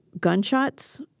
gunshots